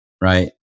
right